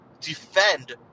defend